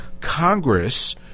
Congress